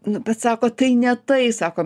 nu bet sako tai ne tai sako